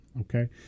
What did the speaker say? Okay